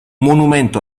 monumento